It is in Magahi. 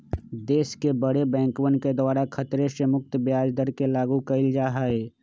देश के बडे बैंकवन के द्वारा खतरे से मुक्त ब्याज दर के लागू कइल जा हई